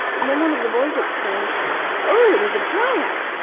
and then one of the boys exclaimed oh, it is a dryad,